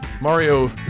Mario